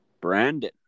Brandon